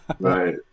Right